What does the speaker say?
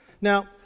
Now